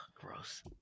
Gross